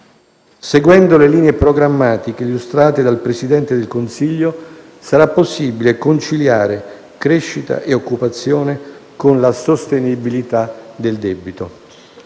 Seguendo le linee programmatiche illustrate dal Presidente del Consiglio, sarà possibile conciliare crescita e occupazione con la sostenibilità del debito.